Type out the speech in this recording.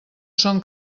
són